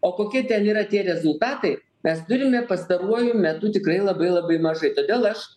o kokie ten yra tie rezultatai mes turime pastaruoju metu tikrai labai labai mažai todėl aš